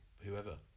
whoever